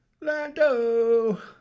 lando